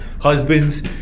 husbands